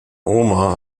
oma